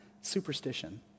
Superstition